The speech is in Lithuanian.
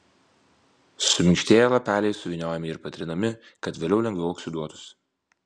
suminkštėję lapeliai suvyniojami ir patrinami kad vėliau lengviau oksiduotųsi